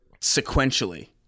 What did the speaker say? sequentially